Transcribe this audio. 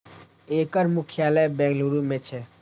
एकर मुख्यालय बेंगलुरू मे छै